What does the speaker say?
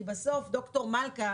כי בסוף ד"ר מלכא,